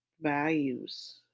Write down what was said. values